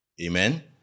Amen